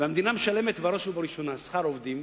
והמדינה משלמת בראש ובראשונה שכר עובדים,